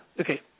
okay